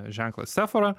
ženklas sefara